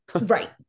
right